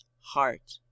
heart